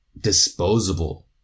disposable